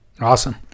Awesome